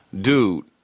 dude